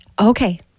Okay